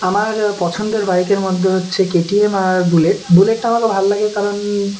আমার পছন্দের বাইকের মধ্যে হচ্ছে কে টি এম আর বুলেট বুলেটটা আমাকে ভালো লাগে কারণ